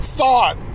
thought